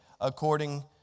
according